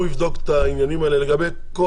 הוא יבדוק את העניינים האלה לגבי כל